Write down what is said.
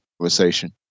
conversation